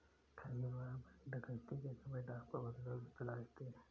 कई बार बैंक डकैती के समय डाकू बंदूक भी चला देते हैं